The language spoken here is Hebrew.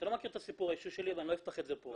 אתה לא מכיר את הסיפור האישי שלי ולא אפתח את זה פה.